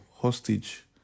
hostage